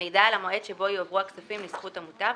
מידע על המועד שבו יועברו הכספים לזכות המוטב,